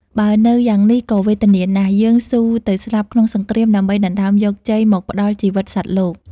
បើនៅយ៉ាងនេះក៏វេទនាណាស់ យើងស៊ូទៅស្លាប់ក្នុងសង្គ្រាម ដើម្បីដណ្ដើមយកជ័យ មកផ្ដល់ជីវិតសត្វលោក។